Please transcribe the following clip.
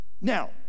Now